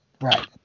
right